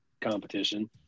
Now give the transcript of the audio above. competition